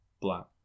Black